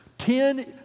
Ten